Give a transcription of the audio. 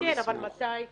כן, אבל מתי?